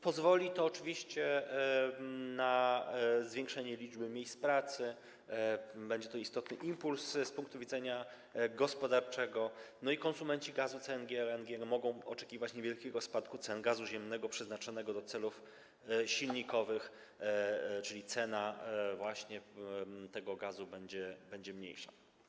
Pozwoli to oczywiście na zwiększenie liczby miejsc pracy, będzie to też istotny impuls z punktu widzenia gospodarczego, no i konsumenci gazu CNG, LNG mogą oczekiwać niewielkiego spadku cen gazu ziemnego przeznaczonego do celów silnikowych, czyli cena tego gazu będzie niższa.